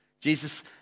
Jesus